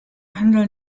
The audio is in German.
handel